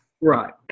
right